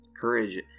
Courage